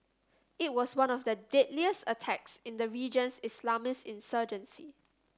it was one of the deadliest attacks in the region's Islamist insurgency